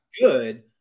good